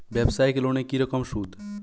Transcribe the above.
ব্যবসায়িক লোনে কি রকম সুদ?